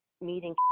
meeting